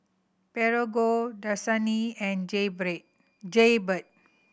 Prego Dasani and Jaybird